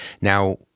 Now